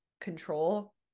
control